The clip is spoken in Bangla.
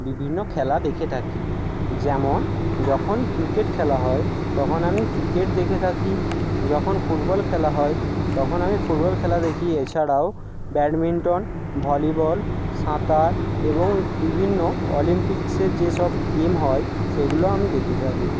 বিভিন্ন খেলা দেখে থাকি যেমন যখন ক্রিকেট খেলা হয় তখন আমি ক্রিকেট দেখে থাকি যখন ফুটবল খেলা হয় তখন আমি ফুটবল খেলা দেখি এছাড়াও ব্যাডমিন্টন ভলিবল সাঁতার এবং বিভিন্ন অলিম্পিক্সে যে সব গেম হয় সেগুলো আমি দেখে থাকি